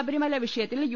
ശബരിമലു വിഷയത്തിൽ യു